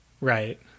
Right